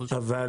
אבל